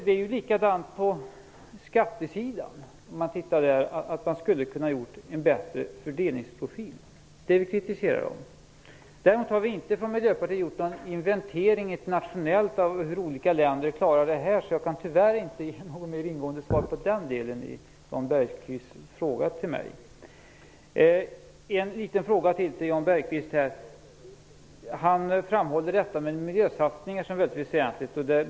Det är likadant på skattesidan. Man skulle ha kunnat ha en bättre fördelningsprofil. Det kritiserar vi. Däremot har vi inte från Miljöpartiet gjort någon inventering internationellt av hur olika länder klarar detta, så jag kan tyvärr inte ge något mer ingående svar på den delen i Jan Bergqvists fråga till mig. Jan Bergqvist framhåller miljösatsningen som någonting väldigt väsentligt.